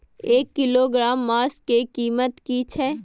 एक किलोग्राम मांस के कीमत की छै?